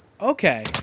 Okay